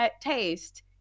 taste